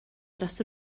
dros